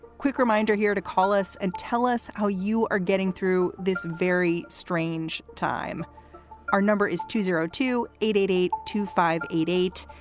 quick reminder here to call us and tell us how you are getting through this very strange time our number is two zero two eight eight eight two five eight eight.